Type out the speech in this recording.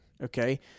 Okay